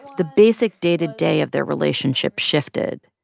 the basic day to day of their relationship shifted.